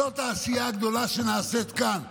זו העשייה הגדולה שנעשית כאן.